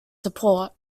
support